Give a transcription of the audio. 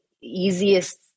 easiest